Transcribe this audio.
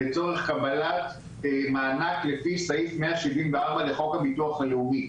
לצורך קבלת מענק לפי סעיף 174' לחוק הביטוח הלאומי.